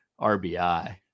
RBI